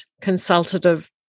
consultative